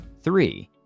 Three